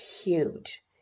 huge